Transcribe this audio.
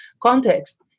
context